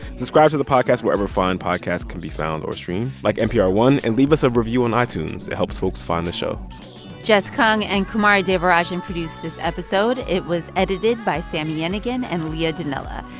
subscribe to the podcast wherever fine podcasts can be found or streamed, like npr one, and leave us a review on itunes. it helps folks find the show jess kung and kumari devarajan produced this episode. it was edited by sami yenigun and leah donnella.